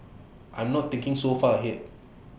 I'm not thinking so far ahead